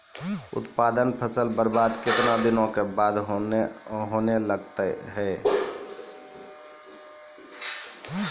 उत्पादन फसल बबार्द कितने दिनों के बाद होने लगता हैं?